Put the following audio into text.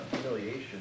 humiliation